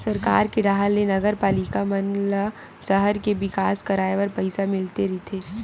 सरकार के डाहर ले नगरपालिका मन ल सहर के बिकास कराय बर पइसा मिलते रहिथे